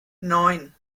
neun